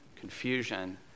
confusion